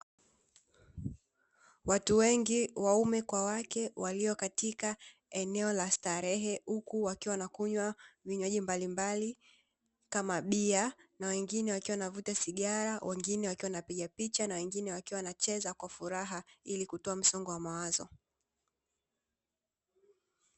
Watu wengi waume kwa wake walio katika eneo la starehe huku wakiwa wanakunywa vinywaji mbalimbali kama bia na wengine wakiwa wanavuta sigara, wengine wakiwa wanapiga picha na wengine wakiwa wanacheza kwa furaha ili kutoa msongo wa mawazo.